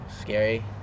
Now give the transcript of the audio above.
Scary